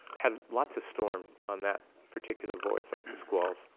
had lots of storm on that particular voyage, lots of squalls.